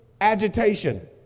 agitation